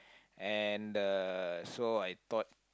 and the so I thought